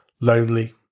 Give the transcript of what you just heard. lonely